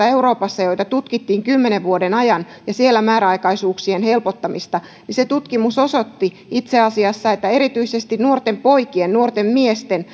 euroopassa tutkittiin kymmenen vuoden ajan määräaikaisuuksien helpottamista niin se tutkimus osoitti itse asiassa että erityisesti nuorten miesten